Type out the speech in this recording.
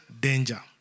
danger